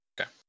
Okay